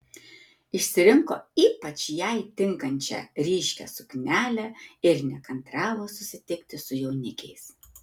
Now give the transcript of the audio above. išsirinko ypač jai tinkančią ryškią suknelę ir nekantravo susitikti su jaunikiais